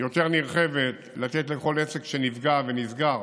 יותר נרחבת: לתת לכל עסק שנפגע ונסגר